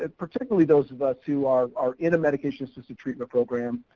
ah particularly those of us, who are are in a medication-assisted treatment program,